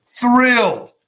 thrilled